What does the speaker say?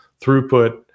throughput